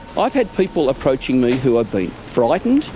i've had people approaching me who have been frightened.